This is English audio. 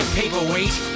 paperweight